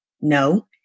no